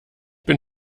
bin